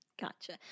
Gotcha